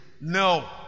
No